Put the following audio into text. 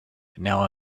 now